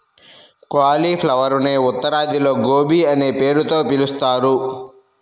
క్యాలిఫ్లవరునే ఉత్తరాదిలో గోబీ అనే పేరుతో పిలుస్తారు